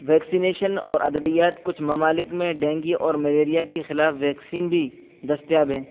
vaccination اور ادویات کچھ ممالک میں ڈینگی اور ملیریا کے خلاف ویکسین بھی دستیاب ہیں